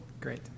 Great